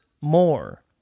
more